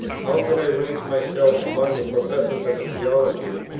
how could i range myself among the professors of a theology,